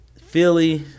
Philly